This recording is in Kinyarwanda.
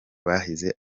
bahize